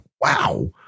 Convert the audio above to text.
Wow